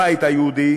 הבית היהודי